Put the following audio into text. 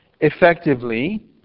effectively